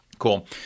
cool